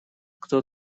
кто